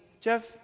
Jeff